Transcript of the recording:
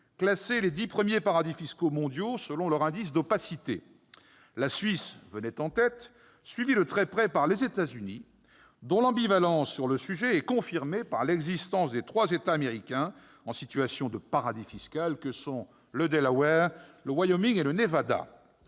classait les dix premiers paradis fiscaux mondiaux selon leur indice « d'opacité ». La Suisse venait en tête, suivie de très près par les États-Unis, dont l'ambivalence sur le sujet est confirmée par l'existence de ces trois États américains en situation de « paradis fiscal » que sont le Delaware, le Wyoming et le Nevada.